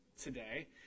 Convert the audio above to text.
today